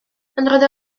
roedd